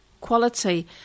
quality